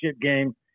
game